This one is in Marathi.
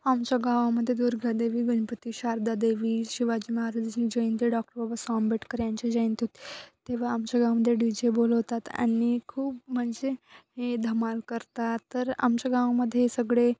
आमच्या गावामध्ये दुर्गा देवी गणपती शारदा देवी शिवाजी महाराजांची जयंती डॉक्टर बाबासाहेब आंबेडकर यांची जयंती तेव्हा आमच्या गावामध्ये डी जे बोलवतात आणि खूप म्हणजे हे धमाल करतात तर आमच्या गावामध्ये हे सगळे